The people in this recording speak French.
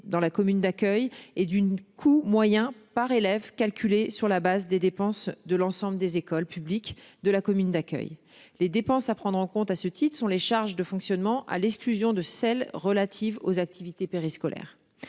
dans la commune d'accueil et d'une coût moyen par élève calculé sur la base des dépenses de l'ensemble des écoles publiques de la commune d'accueil les dépenses à prendre en compte à ce titre-sont les charges de fonctionnement à l'exclusion de celles relatives aux activités périscolaires.